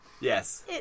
Yes